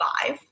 five